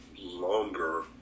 longer